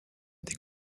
des